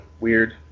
weird